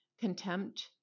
Contempt